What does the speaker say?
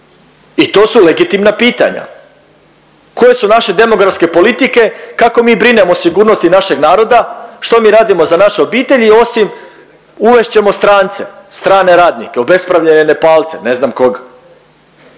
i to su legitimna pitanja, koje su naše demografske politike, kako mi brinemo o sigurnosti našeg naroda, što mi radimo za naše obitelji osim uvest ćemo strance, strane radnike, obespravljene Nepalce, ne znam kog,